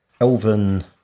elven